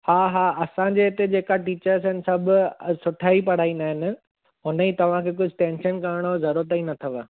हा हा असांजे इते जेका टीचर्स आहिनि सभु सुठा ई पढ़ाईंदा आहिनि हुन जी तव्हांखे कुझु टेंशन करण जो ज़रूरत ई न अथव